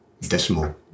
decimal